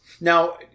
Now